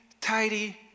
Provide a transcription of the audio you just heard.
tidy